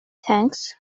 tanks